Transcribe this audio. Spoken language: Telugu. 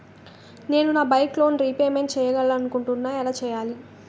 నేను నా బైక్ లోన్ రేపమెంట్ చేయాలనుకుంటున్నా ఎలా చేయాలి?